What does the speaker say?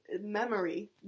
memory